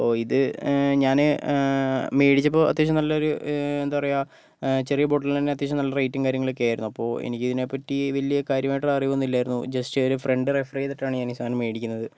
അപ്പോൾ ഇത് ഞാന് മേടിച്ചപ്പോൾ അത്യാവശ്യം നല്ലൊരു എന്താ പറയുക ചെറിയ ബോട്ടിലിന് തന്നെ അത്യാവശ്യം റേറ്റും കാര്യങ്ങളൊക്കെ ആയിരുന്നു അപ്പോൾ എനിക്ക് ഇതിനെ പറ്റി വലിയ കാര്യമായിട്ടുള്ള അറിവൊന്നും ഇല്ലായിരുന്നു ജസ്റ്റ് ഒരു ഫ്രണ്ട് റെഫർ ചെയ്തിട്ടാണ് ഞാൻ ഈ സാധനം മേടിക്കുന്നത്